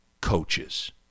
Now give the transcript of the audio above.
coaches